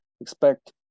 expect